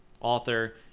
author